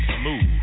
smooth